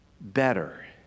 better